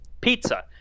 pizza